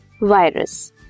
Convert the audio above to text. virus